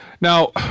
Now